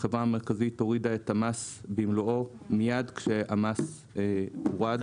החברה המרכזית הורידה את המס במלואו מיד כשהמס הורד.